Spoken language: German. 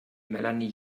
melanie